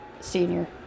senior